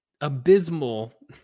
abysmal